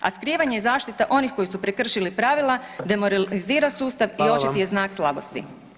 A skrivanje i zaštita onih koji su prekršili pravila demoralizira sustav [[Upadica: Hvala vam]] i očiti je znak slabosti.